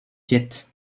jet